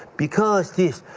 because this.